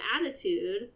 attitude